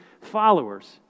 followers